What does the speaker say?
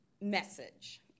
message